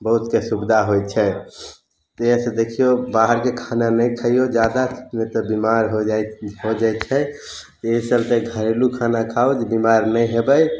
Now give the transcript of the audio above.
बहुतके सुविधा होइ छै एहिसऽ देखियौ बाहरके खाना नहि खइयौ जादा नहि तऽ बिमाड़ हो जाइ छी हो जाइ छै ई सब से घरेलू खाना खाउ जे बिमार नहि हेबै